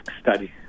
study